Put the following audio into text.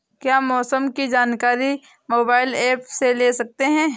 क्या मौसम की जानकारी मोबाइल ऐप से ले सकते हैं?